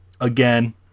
Again